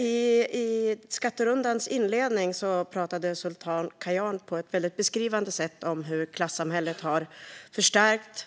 I skatterundans inledning pratade Sultan Kayhan på ett beskrivande sätt om hur klassamhället har förstärkts,